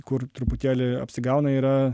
kur truputėlį apsigauna yra